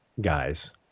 guys